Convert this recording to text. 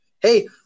hey